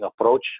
approach